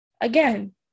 Again